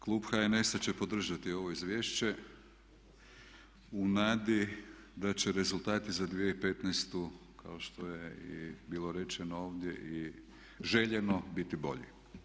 Klub HNS-a će podržati ovo izvješće u nadi da će rezultati za 2015. kao što je i bilo rečeno ovdje i željeno biti bolji.